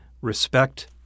respect